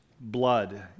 Blood